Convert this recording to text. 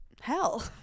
hell